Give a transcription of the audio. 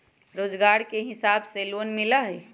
रोजगार के हिसाब से लोन मिलहई?